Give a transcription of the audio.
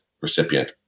recipient